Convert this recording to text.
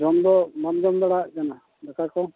ᱡᱚᱢ ᱫᱚ ᱵᱟᱢ ᱡᱚᱢ ᱫᱟᱲᱮᱭᱟᱜ ᱠᱟᱱᱟ ᱫᱟᱠᱟ ᱠᱚ